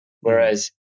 Whereas